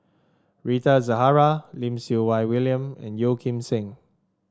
Rita Zahara Lim Siew Wai William and Yeo Kim Seng